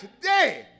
today